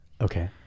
Okay